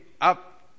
up